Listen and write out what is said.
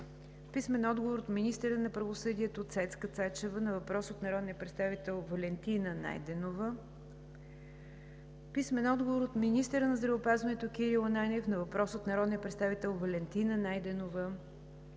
Клисарова; - министъра на правосъдието Цецка Цачева на въпрос от народния представител Валентина Найденова; - министъра на здравеопазването Кирил Ананиев на въпрос от народния представител Валентина Найденова;